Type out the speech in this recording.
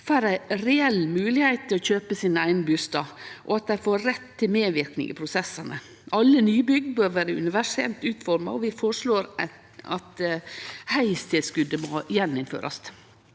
får ei reell moglegheit til å kjøpe sin eigen bustad, og at dei får rett til medverknad i prosessane. Alle nybygg bør vere universelt utforma, og vi føreslår at heistilskotet må gjeninnførast.